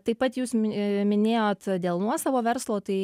taip pat jūs mi minėjot dėl nuosavo verslo tai